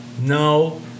No